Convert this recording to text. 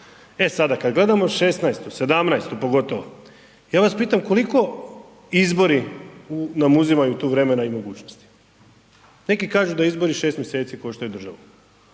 E sada kada gledamo '16.-tu, '17.-tu pogotovo, ja vas pitam koliko izbori nam uzimaju tu vremena i mogućnosti. Neki kažu da izbori 6 mjeseci koštaju državu,